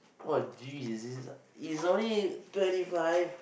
what geez is this it's only twenty five